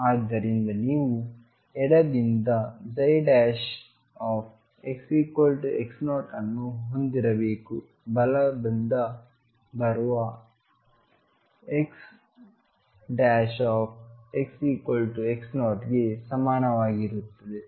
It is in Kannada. ಆದ್ದರಿಂದ ನೀವು ಎಡದಿಂದ xx0 ಅನ್ನು ಹೊಂದಿರಬೇಕು ಬಲದಿಂದ ಬರುವ xx0 ಗೆ ಸಮಾನವಾಗಿರುತ್ತದೆ